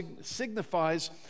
signifies